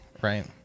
right